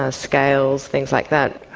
ah scales, things like that,